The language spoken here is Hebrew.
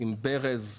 עם ברז,